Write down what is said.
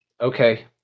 Okay